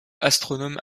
astronome